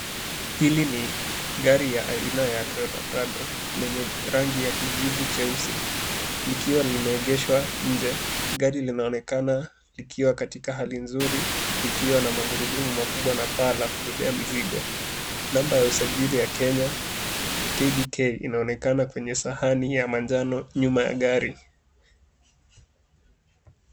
Hili ni gari ya aina ya Toyota Prado, lenye rangi ya kijivu cheusi, likiwa limeegeshwa nje. Gari linaonekana likiwa katika hali nzuri, likiwa na maguruduma makubwa na paa la kubebea mizigo. Namba ya usajili ya Kenya KBK inaonekana kwenye sahani ya manjano nyuma ya gari.